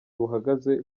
buhagaze